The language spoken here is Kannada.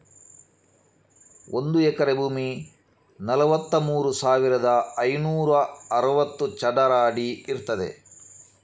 ಒಂದು ಎಕರೆ ಭೂಮಿ ನಲವತ್ತಮೂರು ಸಾವಿರದ ಐನೂರ ಅರವತ್ತು ಚದರ ಅಡಿ ಇರ್ತದೆ